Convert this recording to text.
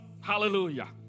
Hallelujah